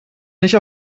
nicht